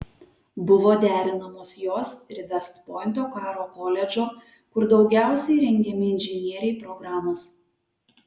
buvo derinamos jos ir vest pointo karo koledžo kur daugiausiai rengiami inžinieriai programos